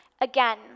Again